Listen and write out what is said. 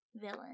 Villain